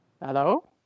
Hello